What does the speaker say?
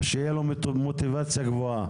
שיהיה לו מוטיבציה גבוהה.